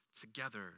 together